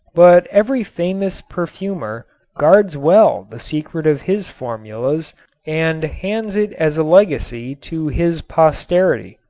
but every famous perfumer guards well the secret of his formulas and hands it as a legacy to his posterity.